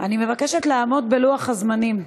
אני מבקשת לעמוד בלוח הזמנים.